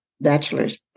bachelor's